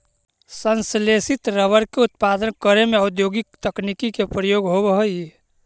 संश्लेषित रबर के उत्पादन करे में औद्योगिक तकनीक के प्रयोग होवऽ हइ